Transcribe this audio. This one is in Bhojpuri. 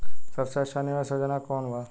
सबसे अच्छा निवेस योजना कोवन बा?